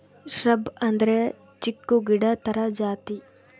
shrub ಅಂದ್ರೆ ಚಿಕ್ಕು ಗಿಡ ತರ ಜಾತಿ